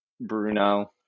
Bruno